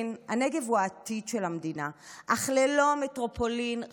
הנגב הוא העתיד של המדינה אך ללא מטרופולין חזק